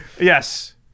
Yes